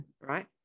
Right